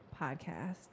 podcast